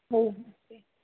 हो हो ओके